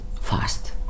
fast